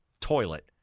toilet